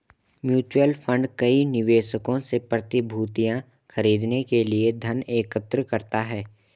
mutual fund कई निवेशकों से प्रतिभूतियां खरीदने के लिए धन एकत्र करता है